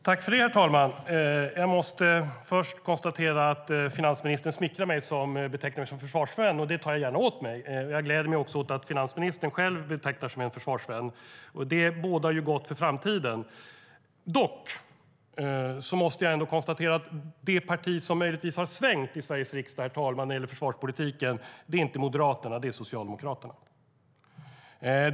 Herr talman! Jag måste börja med att konstatera att finansministern smickrar mig genom att beteckna mig som försvarsvän. Det tar jag gärna åt mig. Jag gläder mig också åt att finansministern betraktar sig själv som en försvarsvän. Det bådar gott för framtiden. Dock måste jag konstatera att det parti i Sveriges riksdag som möjligtvis har svängt när det gäller försvarspolitiken inte är Moderaterna utan Socialdemokraterna.